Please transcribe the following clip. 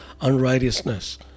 unrighteousness